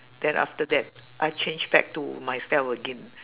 then after that I change back to myself again